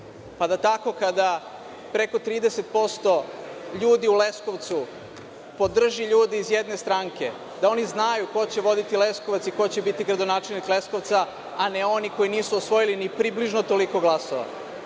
Tako, kada preko 30% ljudi u Leskovcu podrži ljude iz jedne stranke, da oni znaju ko će voditi Leskovac i ko će biti gradonačelnik Leskovca, a ne oni koji nisu osvojili ni približno toliko glasova.